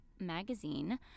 magazine